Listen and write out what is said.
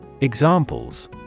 Examples